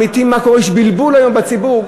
יש בלבול בציבור,